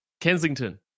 Kensington